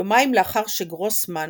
יומיים לאחר שגרוסמן,